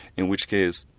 in which case,